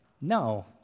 No